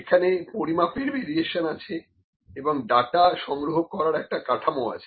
এখানে পরিমাপের ভেরিয়েশন আছে এবং ডাটা সংগ্রহ করার একটা কাঠামো আছে